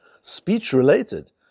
speech-related